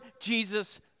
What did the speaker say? Jesus